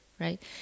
right